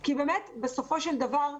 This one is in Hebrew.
כי בסופו של דבר,